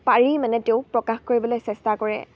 পাৰি মানে তেওঁক প্ৰকাশ কৰিবলৈ চেষ্টা কৰে